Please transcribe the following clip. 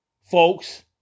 folks